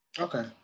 Okay